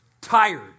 Tired